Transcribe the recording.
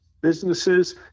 businesses